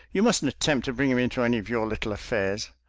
you mustn't attempt to bring him into any of your little affairs.